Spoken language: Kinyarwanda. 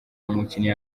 umukinnyi